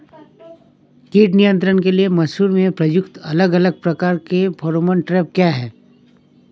कीट नियंत्रण के लिए मसूर में प्रयुक्त अलग अलग प्रकार के फेरोमोन ट्रैप क्या है?